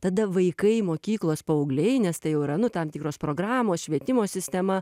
tada vaikai mokyklos paaugliai nes tai jau yra nu tam tikros programos švietimo sistema